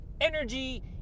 Energy